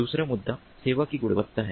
दूसरा मुद्दा सेवा की गुणवत्ता है